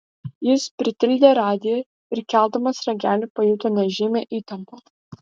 jis pritildė radiją ir keldamas ragelį pajuto nežymią įtampą